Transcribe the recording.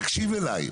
תקשיב אליי.